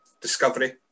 Discovery